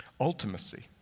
ultimacy